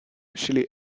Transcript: chez